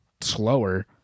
slower